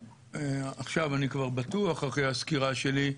ועכשיו אני כבר בטוח, אחרי הסקירה שלי,